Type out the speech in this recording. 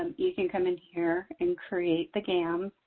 um you can come in here and create the gam,